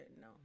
no